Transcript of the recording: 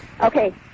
Okay